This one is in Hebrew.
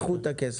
לקחו את הכסף?